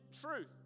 truth